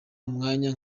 umwanya